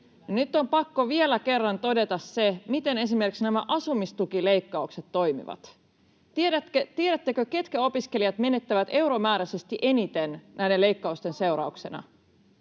Nyt on pakko vielä kerran todeta se, miten esimerkiksi nämä asumistukileikkaukset toimivat. Tiedättekö, ketkä opiskelijat menettävät euromääräisesti eniten näiden leikkausten seurauksena?